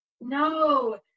No